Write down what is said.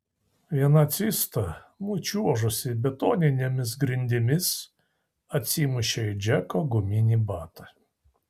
viena cista nučiuožusi betoninėmis grindimis atsimušė į džeko guminį batą